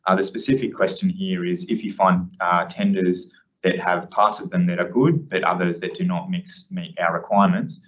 specific question here is if you find tenders that have parts of them that are good but others that do not mix meet our requirements,